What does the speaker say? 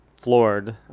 floored